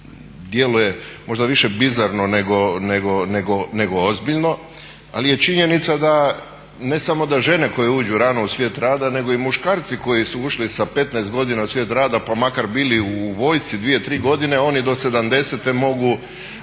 djeluje možda više bizarno nego ozbiljno, ali je činjenica da ne samo da žene koje uđu rano u svijet rada nego i muškarci koji su ušli sa 15 godina u svijet rada pa makar bili u vojsci 2, 3 godine oni do 70.mogu